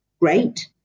Great